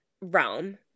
realm